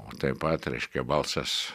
o taip pat reiškia balsas